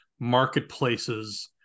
marketplaces